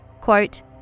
Quote